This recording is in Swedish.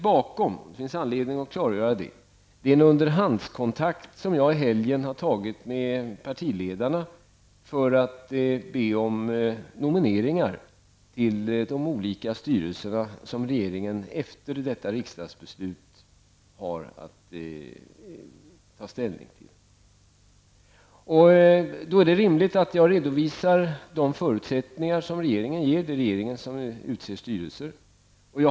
Det finns anledning att klargöra vad som ligger bakom, den underhandskontakt som jag under helgen tog med partiledarna för att be om nomineringar till de olika styrelserna som regeringen efter detta riksdagsbeslut har att ta ställning till. Då är det rimligt att jag redovisar förutsättningarna. Det är regeringen som utser styrelser.